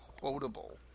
quotable